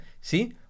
See